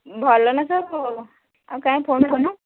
ଭଲ ନା ସବୁ ଆଉ କାଇଁ ଫୋନ୍ ଉଠଉନୁ